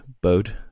boat